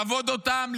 לעבוד אותם,